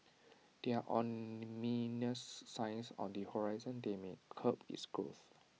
there are ominous signs on the horizon that may curb its growth